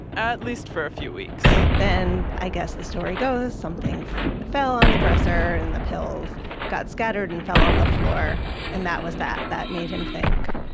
at least for a few weeks then, i guess the story goes, something fell on the dresser and the pills got scattered and fell on the floor and that was that. that made him think,